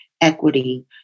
equity